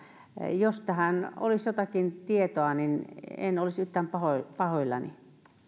jos tähän olisi jotakin tietoa niin en olisi yhtään pahoillani pahoillani